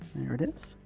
it is.